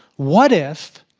what if